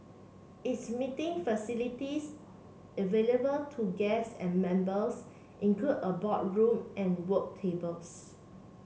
its meeting facilities available to guests and members include a boardroom and work tables